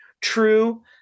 true